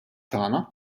tagħna